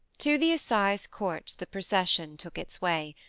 to the assize courts the procession took its way,